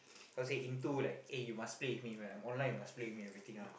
how to say into like eh you must play with me like when I'm online you must play with me everything ah